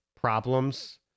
problems